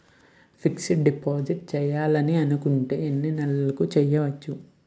Fixed deposit చేయాలి అనుకుంటే ఎన్నే నెలలకు చేయొచ్చు?